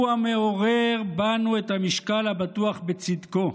הוא המעורר בנו את המשקל הבטוח בצדקו.